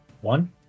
One